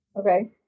Okay